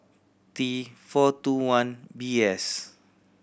t four two one B S